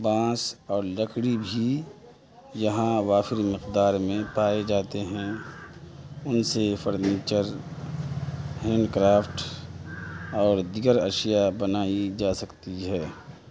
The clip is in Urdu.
بانس اور لکری بھی یہاں وافر مقدار میں پائے جاتے ہیں ان سے فرنیچر ہینڈ کرافٹ اور دیگر اشیاء بنائی جا سکتی ہے